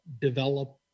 develop